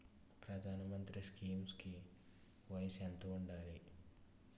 ప్రధాన మంత్రి స్కీమ్స్ కి వయసు ఎంత ఉండాలి?